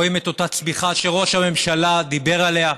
רואים את אותה צמיחה שראש הממשלה דיבר עליה,